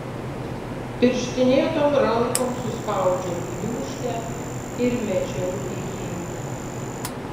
pirštinėtom rankom suspaudžiau gniūžtę ir mečiau į jį